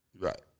Right